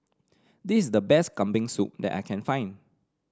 this is the best Kambing Soup that I can find